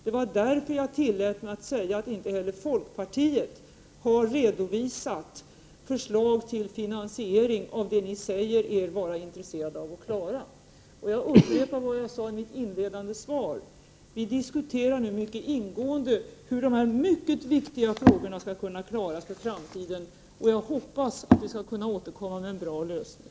Det var därför som jag tillät mig att säga att inte heller folkpartiet har redovisat förslag till finansiering av det ni säger er vara intresserade av att klara. Jag upprepar vad jag sade i mitt inledande svar: Vi diskuterar nu ingående hur dessa mycket viktiga frågor skall kunna klaras för framtiden, och jag hoppas att vi skall kunna återkomma med en bra lösning.